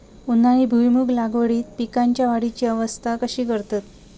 उन्हाळी भुईमूग लागवडीत पीकांच्या वाढीची अवस्था कशी करतत?